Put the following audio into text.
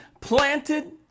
planted